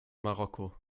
marokko